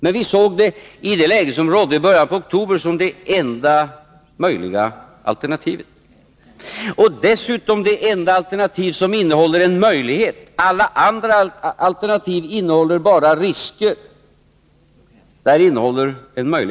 Men vi såg det, i det läge som rådde i början av oktober, som det enda möjliga alternativet, dessutom det enda alternativ som innehåller en möjlighet — alla andra alternativ innehåller bara risker.